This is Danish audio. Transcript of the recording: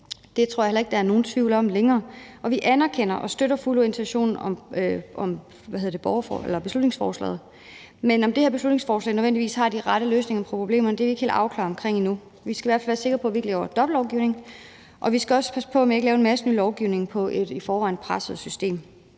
det tror jeg heller ikke der er nogen tvivl om længere – og vi anerkender og støtter fuldt ud intentionen bag beslutningsforslaget. Men om det her beslutningsforslag nødvendigvis har de rette løsninger på problemerne, er vi ikke helt afklarede omkring endnu. Vi skal i hvert fald være sikre på, at vi ikke laver dobbeltlovgivning, og vi skal også passe på ikke at lave en masse ny lovgivning i et i forvejen presset system.